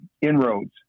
inroads